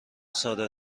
ساده